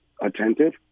attentive